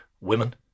women